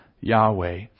Yahweh